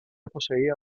poseía